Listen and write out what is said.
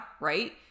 right